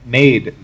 made